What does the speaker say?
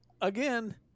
again